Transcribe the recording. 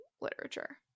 literature